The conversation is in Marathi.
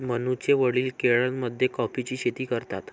मनूचे वडील केरळमध्ये कॉफीची शेती करतात